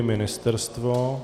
Ministerstvo?